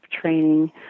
training